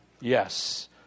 Yes